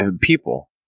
People